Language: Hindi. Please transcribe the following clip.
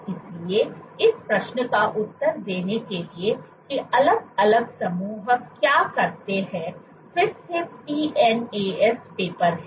इसलिए इस प्रश्न का उत्तर देने के लिए कि अलग अलग समूह क्या करते हैं फिर से PNAS पेपर है